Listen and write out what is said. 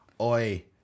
Oi